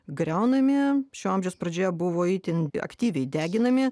griaunami šio amžiaus pradžioje buvo itin aktyviai deginami